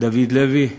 דוד לוי,